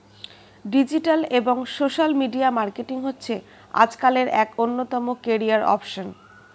digital এবং social media marketing হচ্ছে আজকালের এক অন্যতম ক্যারিয়ার অপসন